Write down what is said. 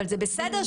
זה בסדר,